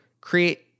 create